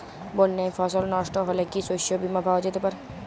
বন্যায় ফসল নস্ট হলে কি শস্য বীমা পাওয়া যেতে পারে?